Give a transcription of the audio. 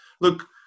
Look